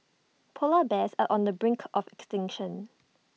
Polar Bears are on the brink of extinction